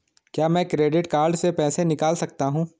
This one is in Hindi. क्या मैं क्रेडिट कार्ड से पैसे निकाल सकता हूँ?